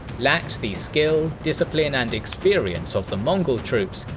lacked the skill, discipline and experience of the mongol troops,